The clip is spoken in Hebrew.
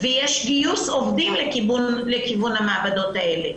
ויש גיוס עובדים לכיוון המעבדות האלה.